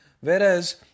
Whereas